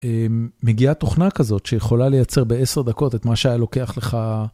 מגיעה תוכנה כזאת שיכולה לייצר בעשר דקות את מה שהיה לוקח לך.